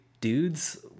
dudes